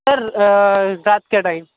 سر رات کا ٹائم